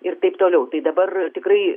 ir taip toliau tai dabar tikrai